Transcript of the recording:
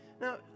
Now